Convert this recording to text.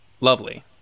lovely